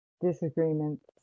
Disagreements